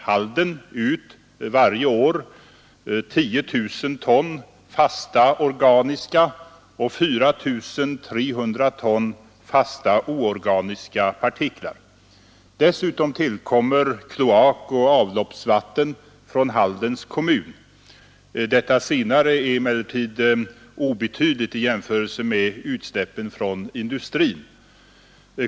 Halden ut per år 10 000 ton fasta organiska och 4 300 ton fasta oorganiska partiklar. Dessutom tillkommer kloakoch avloppsvatten från Haldens kommun. Detta senare är emellertid obetydligt i jämförelse med utsläppen från industrin.